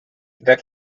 that